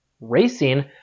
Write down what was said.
racing